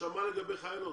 מה לגבי חיילות?